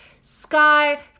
sky